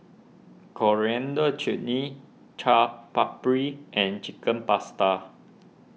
Coriander Chutney Chaat Papri and Chicken Pasta